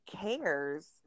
cares